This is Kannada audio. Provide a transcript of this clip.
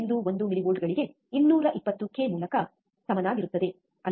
1 ಮಿಲಿವೋಲ್ಟ್ಗಳಿಗೆ 220 ಕೆ ಮೂಲಕ ಸಮನಾಗಿರುತ್ತದೆ ಅಲ್ಲವೇ